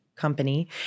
Company